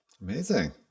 amazing